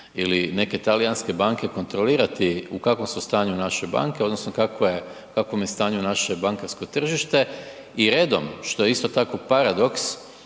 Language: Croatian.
ili neke talijanske banke kontrolirati u kakvom su stanju naše banke odnosno kakva je, u kakvom je stanju naše bankarsko tržište i redom što je isto tako paradoks,